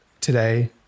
today